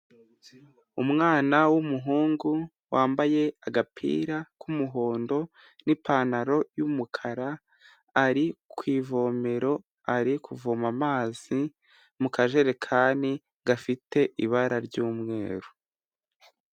Umwana w'umuhungu wambaye agapira k'umuhondo n'ipantaro y'umukara ,ari kw' ivomero ari kuvoma amazi. mu kajerekani gafite ibara ry'umweru.